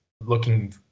looking